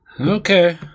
Okay